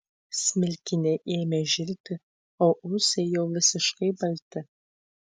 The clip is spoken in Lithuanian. smilkiniai ėmė žilti o ūsai jau visiškai balti